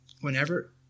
whenever